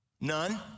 None